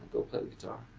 go play the guitar.